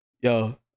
yo